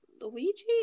Luigi